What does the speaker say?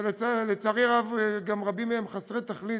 שלצערי הרב גם רבים מהם חסרי תכלית.